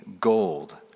gold